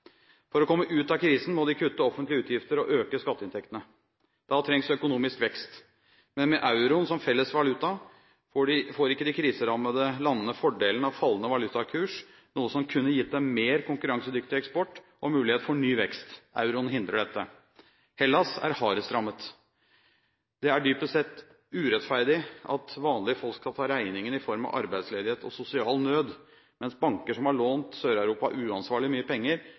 For å komme ut av krisen må de kutte i offentlige utgifter og øke skatteinntektene. Da trengs økonomisk vekst. Men med euroen som felles valuta får ikke de kriserammede landene fordelen av fallende valutakurs, noe som kunne gitt dem mer konkurransedyktig eksport og mulighet for ny vekst. Euroen hindrer dette. Hellas er hardest rammet. Det er dypest sett urettferdig at vanlige folk skal ta regningen i form av arbeidsledighet og sosial nød, mens banker som har lånt Sør-Europa uansvarlig mye penger,